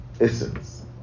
essence